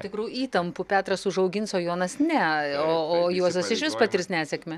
tikrų įtampų petras užaugins o jonas ne o o juozas išvis patirs nesėkmę